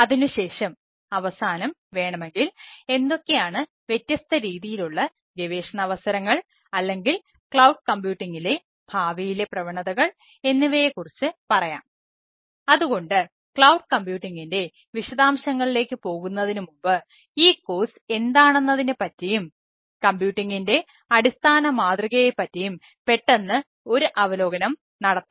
അതിനുശേഷം അവസാനം വേണമെങ്കിൽ എന്തൊക്കെയാണ് വ്യത്യസ്ത രീതിയിലുള്ള ഗവേഷണ അവസരങ്ങൾ അല്ലെങ്കിൽ ക്ലൌഡ് കമ്പ്യൂട്ടിംഗ് അടിസ്ഥാന മാതൃകയെ പറ്റിയും പെട്ടെന്ന് ഒരു അവലോകനം നടത്താം